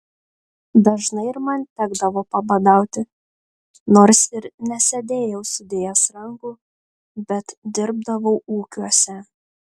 dažnai ir man tekdavo pabadauti nors ir nesėdėjau sudėjęs rankų bet dirbdavau ūkiuose